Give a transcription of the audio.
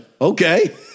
okay